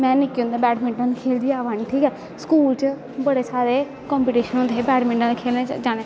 में निक्के होंदे बैड़मिंटन खेलदी अवा नी ठीक ऐ स्कूल च बड़े सारे कंपिटिशन होंदे हे बैड़मिंटन खंलनें जाना